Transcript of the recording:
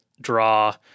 draw